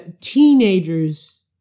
teenagers